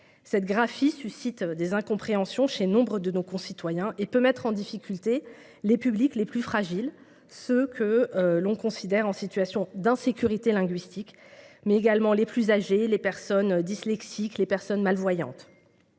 Cette graphie suscite des incompréhensions chez nombre de nos concitoyens et peut mettre en difficulté les publics les plus fragiles, ceux que l’on considère en situation d’insécurité linguistique, mais également les plus âgés et les personnes dyslexiques ou malvoyantes.